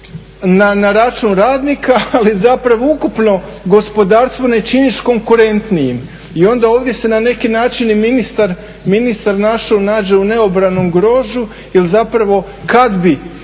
na račun radnika, ali zapravo ukupno gospodarstvo ne činiš konkurentnijim. I onda ovdje se na neki način i ministar nađe u neobranom grožđu jer zapravo kad bi